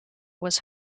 was